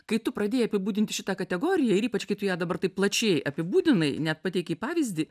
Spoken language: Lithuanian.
kai tu pradėjai apibūdinti šitą kategoriją ir ypač kai tu ją dabar taip plačiai apibūdinai net pateikei pavyzdį